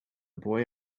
boy